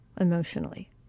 emotionally